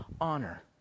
honor